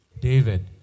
david